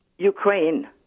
Ukraine